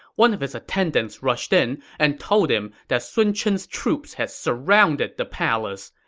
one of his attendants rushed in and told him that sun chen's troops had surrounded the palace.